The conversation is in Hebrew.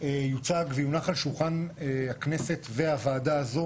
יוצג ויונח על שולחן הכנסת והוועדה הזו